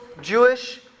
Jewish